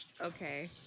Okay